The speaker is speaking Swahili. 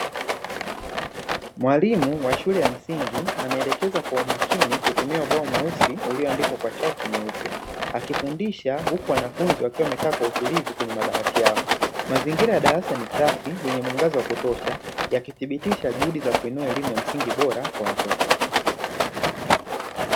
Mwalimu wa shule ya msingi anaelekeza kwa umakini kutumia ubao mweusi ulioandikwa kwa chaki nyeupe, akifundisha huku wanafunzi wakiwa wamekaa kwa utulivu kwenye madawati ya mazingira yao, darasa ni safi lenye mwangaza wa kutosha yakithibitisha juhudi za kuinua elimu ya msingi bora kwa watoto.